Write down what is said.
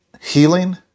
healing